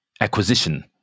acquisition